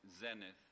zenith